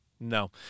No